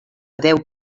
deu